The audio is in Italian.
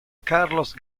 carlos